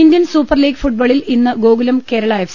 Indian super league ഫുട്ബോളിൽ ഇന്ന് Gokulam Kerala F